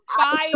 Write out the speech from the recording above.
five